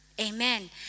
Amen